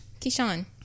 Keyshawn